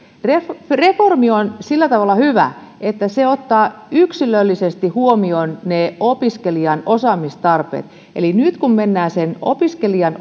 reformi reformi on sillä tavalla hyvä että se ottaa yksilöllisesti huomioon opiskelijan osaamistarpeet eli nyt kun mennään opiskelijan